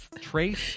trace